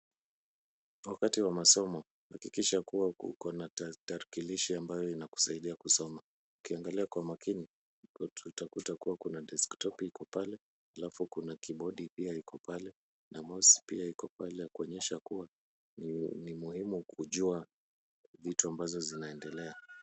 Wakati wa masomo hakikisha kuwa uko na tarakilishi ambayo inakusaidia kusoma. Ukiangalia kwa makini, utakuta kuwa kuna desktop iko pale, halafu kuna kibodi pia iko pale na mouse pia iko pale ya kuonyesha kuwa ni muhimu kujua vitu ambazo zinaendelea.